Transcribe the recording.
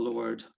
Lord